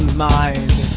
mind